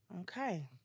Okay